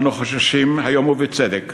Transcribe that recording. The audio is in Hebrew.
אנו חוששים היום, ובצדק,